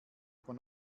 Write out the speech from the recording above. aber